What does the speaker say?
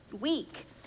week